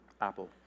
apple